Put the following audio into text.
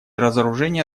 разоружения